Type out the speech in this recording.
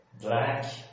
Black